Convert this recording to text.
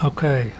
Okay